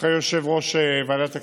אחרי יושב-ראש ועדת הכספים,